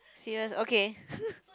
serious okay